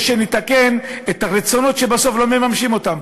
שנתקן את הרצונות שבסוף לא מממשים אותם.